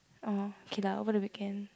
oh k lah over the weekend